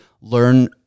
Learn